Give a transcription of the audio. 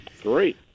Great